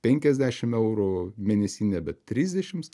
penkiasdešim eurų mėnesinė bet trisdešims